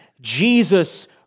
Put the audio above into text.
Jesus